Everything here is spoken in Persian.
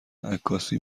عکاسی